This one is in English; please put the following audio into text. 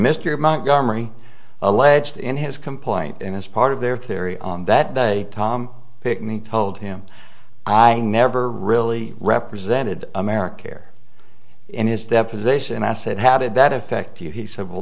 mr montgomery alleged in his complaint and as part of their theory on that day tom pick me told him i never really represented america care in his deposition and i said how did that affect you he said well